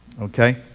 Okay